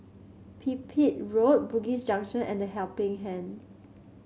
Pipit Road Bugis Junction and The Helping Hand